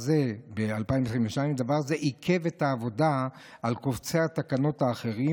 ב-2022 דבר זה עיכב את העבודה על קובצי התקנות האחרים,